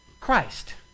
Christ